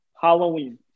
halloween